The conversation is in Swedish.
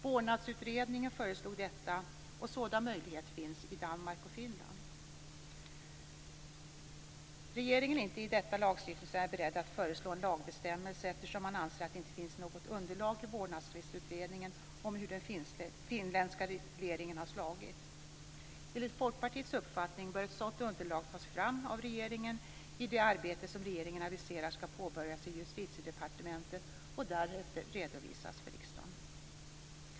Vårdnadstvistutredningen föreslog detta, och sådan möjlighet finns i Danmark och Finland. Regeringen är inte i detta lagstiftningsärende beredd att föreslå en lagbestämmelse, eftersom man anser att det inte finns något underlag i Vårdnadstvistsutredningen som visar hur den finländska regleringen har fungerat. Enligt Folkpartiets uppfattning bör ett sådant underlag tas fram av regeringen i det arbete som regeringen har aviserat skall påbörjas i Justitiedepartementet och därefter redovisas för riksdagen.